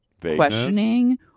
questioning